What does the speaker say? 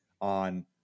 on